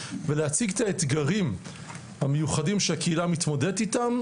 ולהציג את האתגרים המיוחדים שהקהילה מתמודדת איתם,